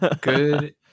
good